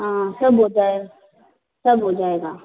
हाँ सब हो जाएगा सब हो जाएगा